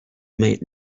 made